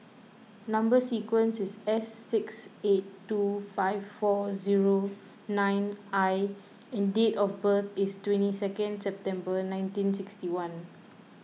Number Sequence is S six eight two five four zero nine I and date of birth is twenty second September nineteen sixty one